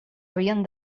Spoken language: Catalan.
havien